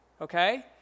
okay